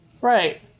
Right